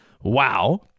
Wow